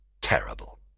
terrible